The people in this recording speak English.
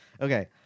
Okay